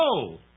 No